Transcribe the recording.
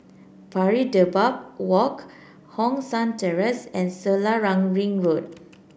Pari Dedap Walk Hong San Terrace and Selarang Ring Road